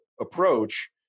approach